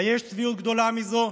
היש צביעות גדולה מזו?